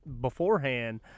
beforehand